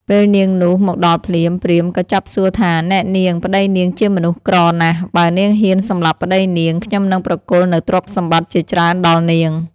ពេលនាងនោះ មកដល់ភ្លាម ព្រាហ្មណ៍ ក៏ចាប់សួរថា នែនាង ប្ដីនាងជាមនុស្សក្រណាស់ បើនាងហ៊ានសម្លាប់ប្តីនាង ខ្ញុំនឹងប្រគល់នូវទ្រព្យសម្បត្តិជាច្រើនដល់នាង។